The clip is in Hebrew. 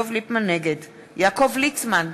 נגד יעקב ליצמן,